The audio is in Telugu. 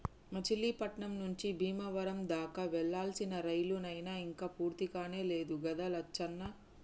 మచిలీపట్నం నుంచి బీమవరం దాకా వేయాల్సిన రైలు నైన ఇంక పూర్తికానే లేదు గదా లచ్చన్న